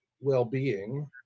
well-being